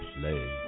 play